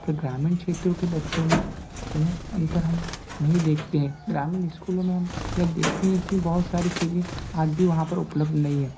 पर ग्रामीण क्षेत्रों के बच्चों मे यह अंतर हम नहीं देखते है ग्रामीण स्कूलों मे हम या देखते है की बहुत सारी चीज़ें हैं